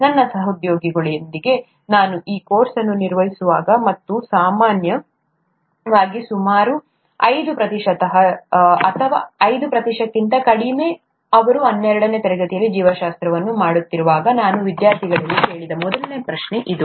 ನನ್ನ ಸಹೋದ್ಯೋಗಿಗಳೊಂದಿಗೆ ನಾನು ಈ ಕೋರ್ಸ್ ಅನ್ನು ನಿರ್ವಹಿಸಿದಾಗ ಮತ್ತು ಸಾಮಾನ್ಯವಾಗಿ ಸುಮಾರು ಐದು ಪ್ರತಿಶತ ಅಥವಾ ಐದು ಪ್ರತಿಶತಕ್ಕಿಂತ ಕಡಿಮೆ ಅವರ ಹನ್ನೆರಡನೇ ತರಗತಿಯಲ್ಲಿ ಜೀವಶಾಸ್ತ್ರವನ್ನು ಮಾಡುತ್ತಿದ್ದಾಗ ನಾನು ವಿದ್ಯಾರ್ಥಿಗಳಿಗೆ ಕೇಳಿದ ಮೊದಲ ಪ್ರಶ್ನೆ ಇದು